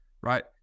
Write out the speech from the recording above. right